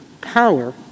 power